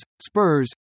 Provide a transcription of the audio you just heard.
spurs